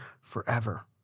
forever